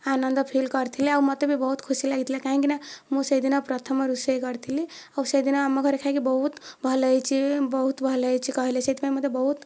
ଆନନ୍ଦ feel କରିଥିଲେ ଆଉ ମୋତେ ବି ବହୁତ ଖୁସି ଲାଗିଥିଲା କାହିଁକି ନା ମୁଁ ସେହିଦିନ ପ୍ରଥମ ରୋଷେଇ କରିଥିଲି ଆଉ ସେହିଦିନ ଆମ ଘରେ ଖାଇକି ବହୁତ ଭଲ ହୋଇଛି ବହୁତ ଭଲ ହୋଇଛି କହିଲେ ସେଥିପାଇଁ ମୋତେ ବହୁତ